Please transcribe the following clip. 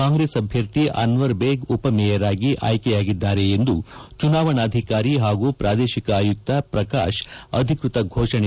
ಕಾಂಗ್ರೆಸ್ ಅಭ್ಯರ್ಥಿ ಅನ್ವರ್ ಬೇಗ್ ಉಪಮೇಯರ್ ಆಗಿ ಆಯ್ಕೆ ಯಾಗಿದ್ದಾರೆ ಎಂದು ಚುನಾವಣಾಧಿಕಾರಿ ಹಾಗೂ ಪ್ರಾದೇಶಿಕ ಆಯುಕ್ತ ಪ್ರಕಾಶ್ ಅಧಿಕೃತ ಫೋಷಣೆ ಮಾಡಿದ್ದಾರೆ